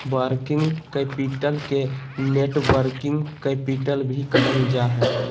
working capital के networking capital भी कहल जा हय